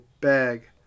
bag